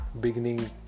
beginning